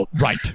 Right